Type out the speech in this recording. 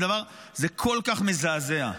זה כל כך מזעזע,